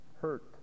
hurt